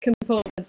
components